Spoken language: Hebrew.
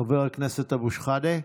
חבר הכנסת אבו שחאדה,